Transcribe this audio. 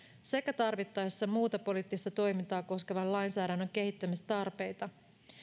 sekä tarvittaessa muuta poliittista toimintaa koskevan lainsäädännön kehittämistarpeita